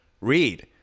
read